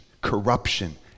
corruption